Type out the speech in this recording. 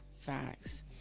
facts